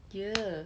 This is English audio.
!eeyer!